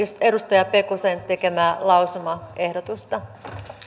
edustaja pekosen tekemää lausumaehdotusta